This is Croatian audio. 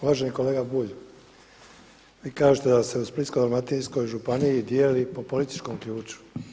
Uvaženi kolega Bulj, vi kažete da se u Splitsko-dalmatinskog županiji dijeli po političkom ključu.